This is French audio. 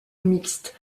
mixte